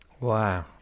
Wow